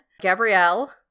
Gabrielle